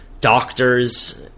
doctors